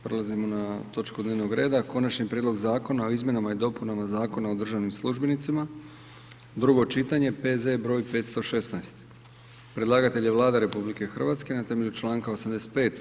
Prelazimo na točku dnevnog reda: - Konačni prijedlog Zakona o izmjenama i dopunama Zakona o državnim službenicima, drugo čitanje, P.Z. br. 516; Predlagatelj je Vlada RH na temelju članka 85.